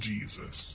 Jesus